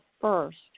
first